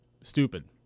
Stupid